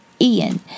Ian